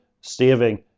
saving